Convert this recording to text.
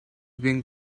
being